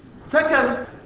Second